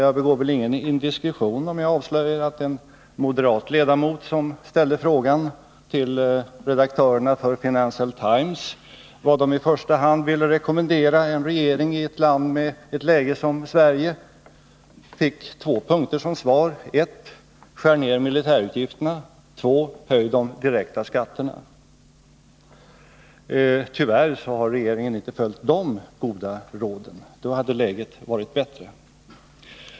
Jag begår väl ingen indiskretion om jag avslöjar att en moderat ledamot, som ställde frågan till redaktörerna för Financial Times, vad de i första hand ville rekommendera regeringen i ett land med ett läge som Sveriges, fick två punkter som svar: 1. Skär ner militärutgifterna. 2. Höj de direkta skatterna. Tyvärr har regeringen inte följt de goda råden. Då hade läget varit bättre.